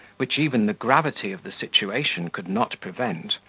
which even the gravity of the situation could not prevent,